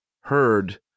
heard